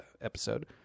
episode